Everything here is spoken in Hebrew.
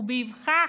ובאבחה אחת,